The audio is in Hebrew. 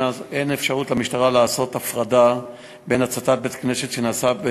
אין אפשרות למשטרה לעשות הפרדה בין הצתת בית-כנסת שנעשתה,